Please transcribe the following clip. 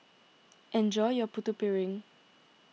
enjoy your Putu Piring